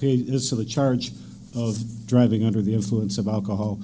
hate is of the charge of driving under the influence of alcohol